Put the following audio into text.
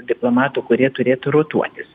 diplomatų kurie turėtų rotuotis